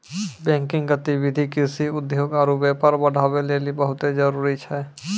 banking गतिविधि कृषि, उद्योग आरु व्यापार बढ़ाबै लेली बहुते जरुरी छै